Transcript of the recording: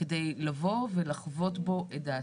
כדי לבוא ולחוות בו את דעתי.